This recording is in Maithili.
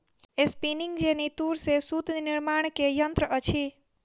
स्पिनिंग जेनी तूर से सूत निर्माण के यंत्र अछि